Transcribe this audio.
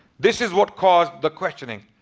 this is what caused the questioning.